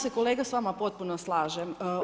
Ja se kolega s vama potpuno slažem.